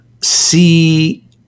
see